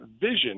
vision